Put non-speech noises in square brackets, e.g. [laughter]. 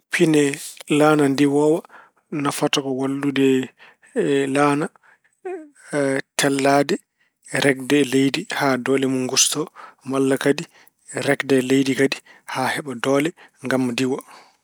Pine laana ndiwoowa nafata ko wallude laana [hesitation] tellaade, regde e leydi, doole mun ngusto. Malla kadi regde e leydi kadi haa heɓa doole ngam diwa.